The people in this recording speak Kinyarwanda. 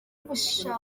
gushaka